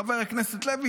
חבר הכנסת לוי,